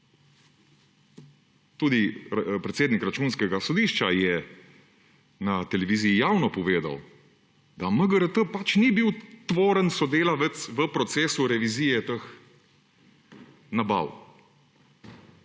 Tudi predsednik Računskega sodišča je na televiziji javno povedal, da MGRT pač ni bil tvoren sodelavec v procesu revizije teh nabav.